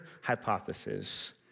hypothesis